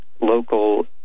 local